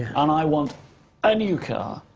and i want a new car